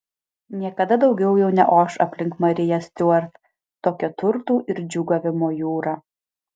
niekada daugiau jau neoš aplink mariją stiuart tokia turtų ir džiūgavimo jūra